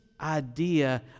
idea